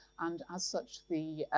and as such, the